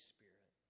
Spirit